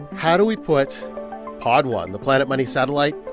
how do we put pod one, the planet money satellite,